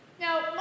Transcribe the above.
Now